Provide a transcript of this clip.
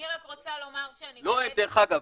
דרך אגב,